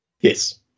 Yes